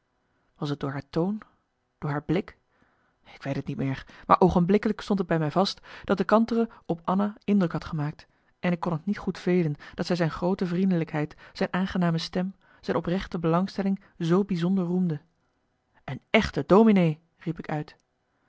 was t door haar toon door haar blik ik weet t niet meer maar oogenblikkelijk stond het bij me vast dat de kantere op anna indruk had gemaakt en ik kon t niet goed velen dat zij zijn groote vriendelijkheid zijn aangename stem zijn oprechte belangstelling zoo bijzonder roemde een echte dominee riep ik uit